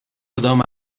کدام